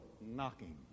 knocking